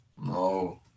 No